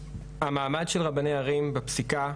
המעמד של רבני ערים בפסיקה,